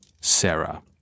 Sarah